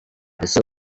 ese